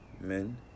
men